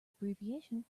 abbreviation